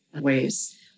ways